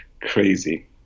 Crazy